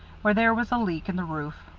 where there was a leak in the roof.